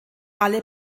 alle